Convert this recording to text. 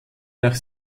nach